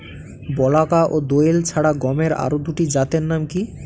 বলাকা ও দোয়েল ছাড়া গমের আরো দুটি জাতের নাম কি?